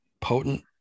potent